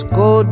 go